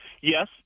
yes